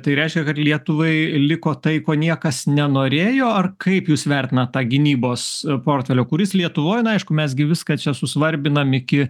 tai reiškia kad lietuvai liko tai ko niekas nenorėjo ar kaip jūs vertinat tą gynybos portfelio kuris lietuvoj aišku mes gi viską čia susvarbinam iki